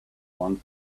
one